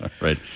Right